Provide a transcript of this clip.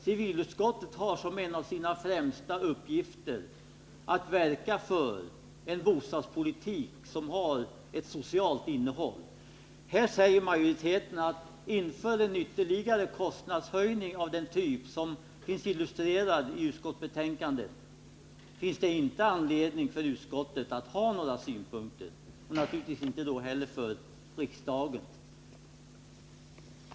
Civilutskottet har som en av sina främsta uppgifter att verka för en bostadspolitik, som har ett socialt innehåll. Men här säger majoriteten att det inför en ytterligare kostnadshöjning av den typ som finns illustrerad i utskottsbetänkandet inte finns anledning för utskottet att ha några synpunkter — och naturligtvis då inte heller för riksdagen.